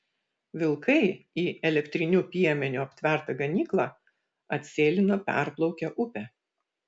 vilkai į elektriniu piemeniu aptvertą ganyklą atsėlino perplaukę upę